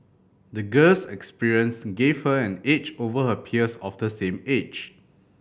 the girl's experience gave her an edge over her peers of the same age